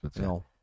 No